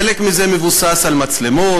חלק מזה מבוסס על מצלמות,